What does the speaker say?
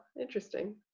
interesting